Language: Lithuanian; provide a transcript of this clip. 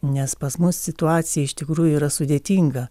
nes pas mus situacija iš tikrųjų yra sudėtinga